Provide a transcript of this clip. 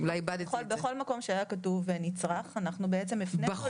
בכל מקום שהיה כתוב "נצרך" הפנינו את ההגדרה.